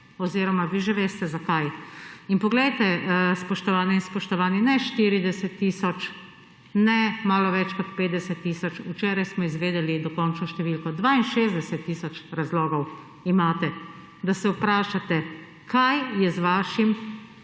oziroma vi že veste, zakaj. In poglejte, spoštovane in spoštovani, ne 40 tisoč, ne malo več kot 50 tisoč, včeraj smo izvedeli dokončno številko, 62 tisoč razlogov imate, da se vprašate, kaj je z vašim